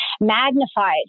magnified